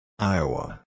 Iowa